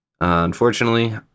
Unfortunately